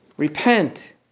Repent